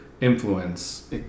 influence